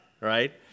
Right